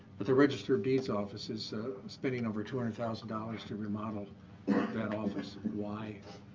but the register of deeds office is spending over two hundred thousand dollars to remodel that office. why?